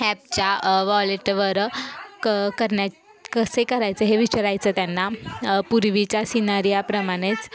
ॲपच्या वॉलेटवर क करण्या कसे करायचं हे विचारायचं त्यांना पूर्वीच्या सिनारीयाप्रमाणेच